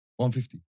150